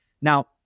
Now